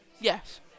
Yes